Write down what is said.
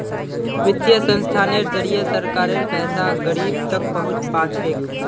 वित्तीय संस्थानेर जरिए सरकारेर पैसा गरीब तक पहुंच पा छेक